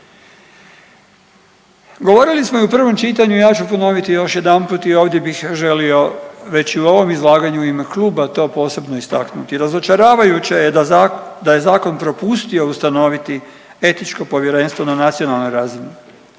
Govorili smo i u prvom čitanju, ja ću ponoviti još jedanput i ovdje bih želio već i u ovom izlaganju u ime kluba to posebno istaknuti. Razočaravajuće je da je zakon propustio ustanoviti etičko povjerenstvo na nacionalnoj razini,